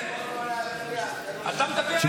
חבר הכנסת יבגני סובה, אתה בקריאה ראשונה.